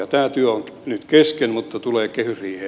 tämä työ on nyt kesken mutta tulee kehysriiheen